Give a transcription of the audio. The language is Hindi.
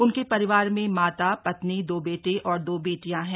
उनके परिवार में माता पत्नी दो बेटे और दो बेटियां हैं